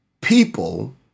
People